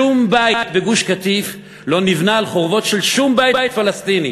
שום בית בגוש-קטיף לא נבנה על חורבות של שום בית פלסטיני,